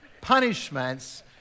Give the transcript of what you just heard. punishments